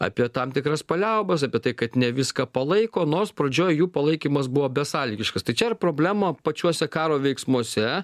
apie tam tikras paliaubas apie tai kad ne viską palaiko nors pradžioj jų palaikymas buvo besąlygiškas tai čia ir problema pačiuose karo veiksmuose